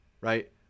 right